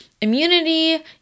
immunity